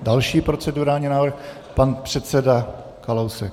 Další procedurální návrh, pan předseda Kalousek.